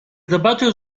zobaczył